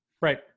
Right